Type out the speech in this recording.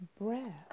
breath